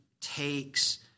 takes